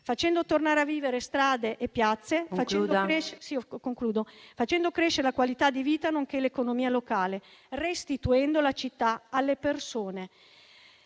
facendo tornare a vivere strade e piazze, facendo crescere la qualità di vita nonché l'economia locale, restituendo la città alle persone.